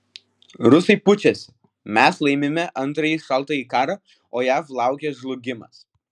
rusai pučiasi mes laimime antrąjį šaltąjį karą o jav laukia žlugimas